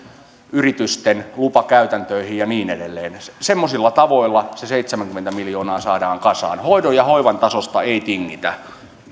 yritysten lupakäytäntöihin ja niin edelleen semmoisilla tavoilla se seitsemänkymmentä miljoonaa saadaan kasaan hoidon ja hoivan tasosta ei tingitä